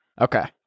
Okay